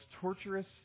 torturous